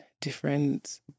different